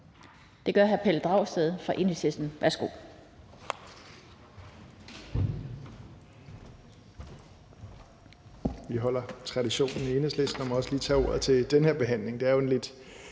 Det gør hr. Pelle Dragsted fra Enhedslisten. Værsgo.